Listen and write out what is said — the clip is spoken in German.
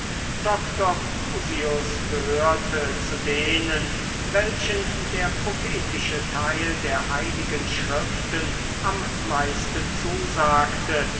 doktor crusius gehörte zu denen welchen der prophetische teil der heiligen schriften am meisten zusagte